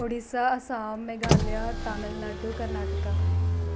Orissa Assam Meghalaya Tamil Nadu Karnataka